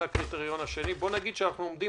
וזה הקריטריון השני אם נניח שאנחנו עומדים